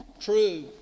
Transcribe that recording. true